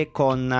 con